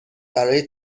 برای